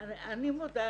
אני מודה,